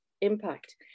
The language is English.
impact